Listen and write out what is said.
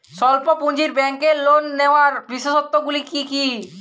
স্বল্প পুঁজির ব্যাংকের লোন নেওয়ার বিশেষত্বগুলি কী কী?